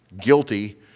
guilty